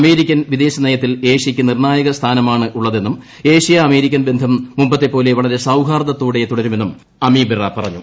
American വിദേശനയത്തിൽ ഏഷ്യയ്ക്ക്ക് നിർണായക സ്ഥാനമാണുള്ളതെന്നും ഏഷ്യാ അമേരിക്കൻ ബ്ന്ധം മുമ്പത്തെപ്പോലെ വളരെ സൌഹാർദ്ദത്തോടെ തുട്രു്മെന്നും അമി ബെറ പറഞ്ഞു